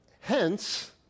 Hence